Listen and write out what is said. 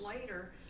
later